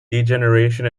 degeneration